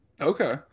Okay